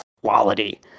quality